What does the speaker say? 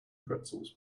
pretzels